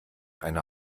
eine